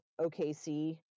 OKC